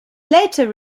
later